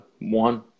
one